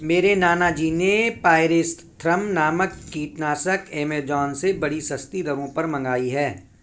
मेरे नाना जी ने पायरेथ्रम नामक कीटनाशक एमेजॉन से बड़ी सस्ती दरों पर मंगाई है